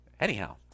Anyhow